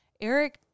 Eric